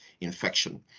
infection